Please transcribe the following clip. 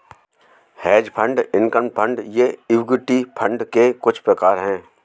hedge fund income fund ये equity fund के कुछ प्रकार हैं